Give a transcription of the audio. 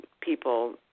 people